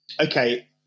Okay